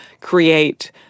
create